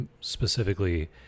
specifically